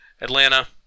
Atlanta